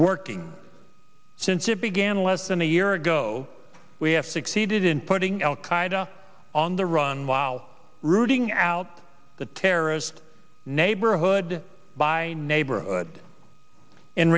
working since it began less than a year ago we have succeeded in putting al qaeda on the run wow rooting out the terrorists neighborhood by neighborhood in